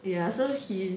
ya so he